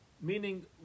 Meaning